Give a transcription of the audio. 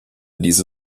diese